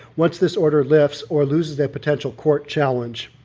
once this order lifts or loses that potential court challenge.